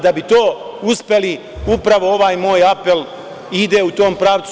Da bi to uspeli, upravo ovaj moj apel ide u tom pravcu.